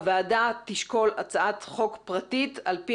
הוועדה תשקול הצעת חוק פרטית על פי